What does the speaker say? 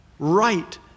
right